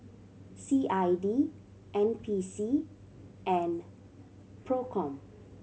C I D N P C and Procom